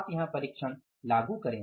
आप यहां परिक्षण लागू करें